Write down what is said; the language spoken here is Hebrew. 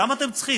למה אתם צריכים?